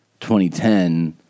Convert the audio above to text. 2010